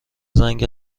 زنگ